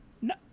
no